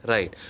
Right